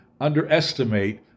underestimate